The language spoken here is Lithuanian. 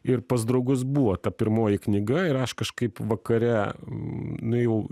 ir pas draugus buvo ta pirmoji knyga ir aš kažkaip vakare nu jau